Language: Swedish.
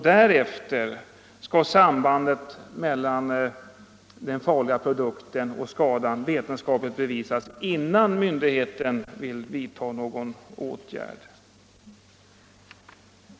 Därefter skall sambandet mellan den farliga produkten och skadan vetenskapligt bevisas, innan myndigheten vidtar någon åtgärd.